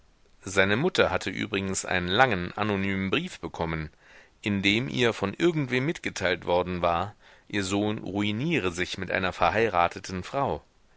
seine mutter hatte übrigens einen langen anonymen brief bekommen in der ihr von irgendwem mitgeteilt worden war ihr sohn ruiniere sich mit einer verheirateten frau